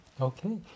okay